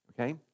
okay